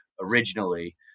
originally